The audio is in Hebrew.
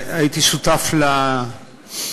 הייתי שותף לישיבות,